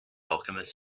alchemist